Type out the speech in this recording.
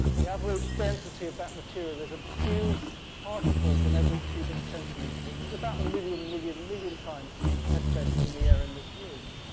the average density of that material is a few so particles in every cubic centimetre, which is about a million million million times less dense than the air in this room.